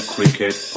Cricket